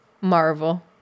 Marvel